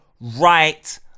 right